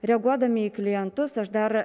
reaguodami į klientus aš dar